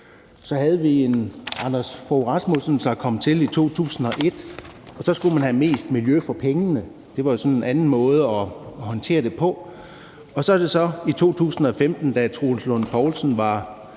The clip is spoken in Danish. Så havde vi en Anders Fogh Rasmussen, der kom til i 2001, og så skulle man have mest miljø for pengene. Det var en anden måde at håndtere det på. Og så kom vi så i 2015, da Troels Lund Poulsen var